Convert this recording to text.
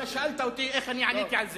אתה שאלת אותי איך אני עליתי על זה.